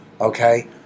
okay